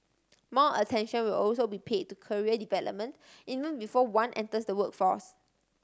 more attention will also be paid to career development even before one enters the workforce